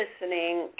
listening